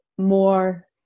more